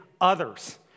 others